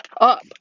up